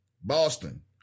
Boston